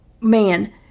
man